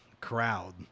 crowd